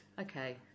Okay